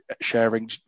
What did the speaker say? sharing